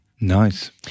Nice